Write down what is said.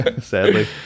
Sadly